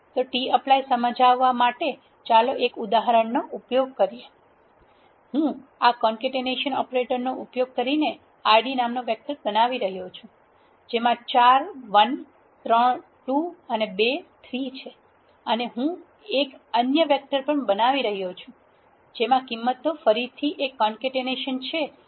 તો tapply સમજાવવા માટે ચાલો આ ઉદાહરણનો ઉપયોગ કરીએ હું આ કોન્કેટેનેશન ઓપરેટર નો ઉપયોગ કરીને Id નામનો વેક્ટર બનાવી રહ્યો છું જેમાં ચાર 1 ત્રણ 2 અને બે 3 છે અને હું એક અન્ય વેક્ટર પણ બનાવી રહ્યો છું જેમાં કિંમતો ફરીથી એક કોન્કેટેનેશન છે જેમાં તત્વો 1 થી 9 છે